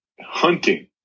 hunting